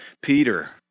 Peter